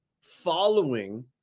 following